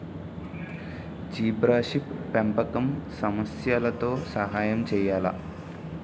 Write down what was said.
Zebrafish పెంపకం సమస్యలతో సహాయం చేయాలా?